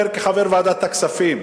כחבר ועדת הכספים,